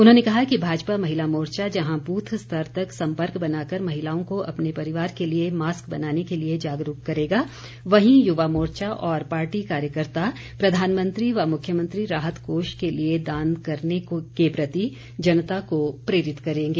उन्होंने कहा कि भाजपा महिला मोर्चा जहां बूथ स्तर तक संपर्क बनाकर महिलाओं को अपने परिवार के लिए मास्क बनाने के लिए जागरूक करेगा वहीं यूवा मोर्चा और पार्टी कार्यकर्ता प्रधानमंत्री व मुख्यमंत्री राहत कोष के लिए दान करने के प्रति जनता को प्रेरित करेंगे